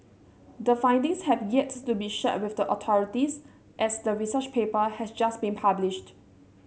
the findings have yet to be shared with the authorities as the research paper has just been published